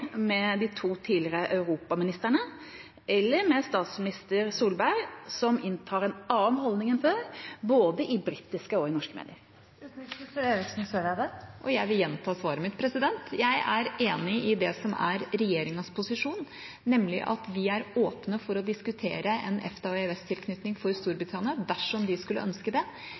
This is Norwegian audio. med de to tidligere europaministrene, eller med statsminister Solberg, som inntar en annen holdning enn før, både i britiske og i norske medier? Og jeg vil gjenta svaret mitt. Jeg er enig i det som er regjeringas posisjon, nemlig at vi er åpne for å diskutere en EFTA- og EØS-tilknytning for Storbritannia dersom de skulle ønske det,